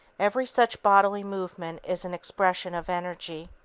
every such bodily movement is an expression of energy.